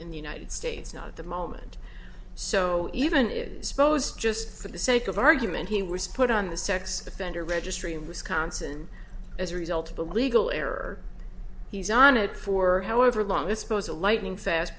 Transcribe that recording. in the united states not at the moment so even is posed just for the sake of argument he was put on the sex offender registry in wisconsin as a result of illegal error he's on it for however long this pose a lightning fast